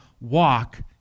walk